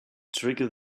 triggers